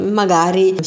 magari